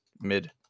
mid